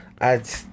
add